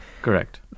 Correct